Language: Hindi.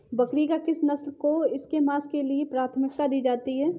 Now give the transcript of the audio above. बकरी की किस नस्ल को इसके मांस के लिए प्राथमिकता दी जाती है?